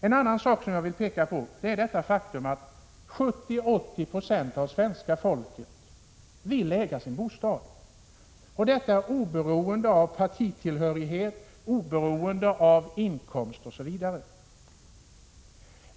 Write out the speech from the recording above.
En annan sak som jag vill peka på är det faktum att 70-80 96 av svenska folket vill äga sin bostad, detta oberoende av partitillhörighet, inkomst osv.